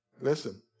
listen